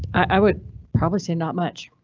i would probably say not much.